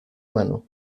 mano